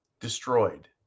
destroyed